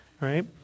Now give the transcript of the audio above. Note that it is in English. Right